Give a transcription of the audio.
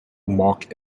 mark